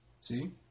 See